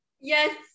Yes